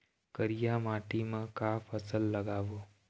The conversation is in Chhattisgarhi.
करिया माटी म का फसल लगाबो?